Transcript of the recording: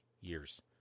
years